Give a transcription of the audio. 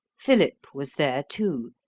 philip was there, too,